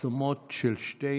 עצמות של שני